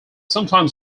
sometimes